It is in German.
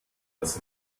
das